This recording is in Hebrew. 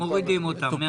מורידים אותה.